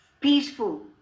peaceful